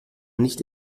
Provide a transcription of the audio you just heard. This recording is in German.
nicht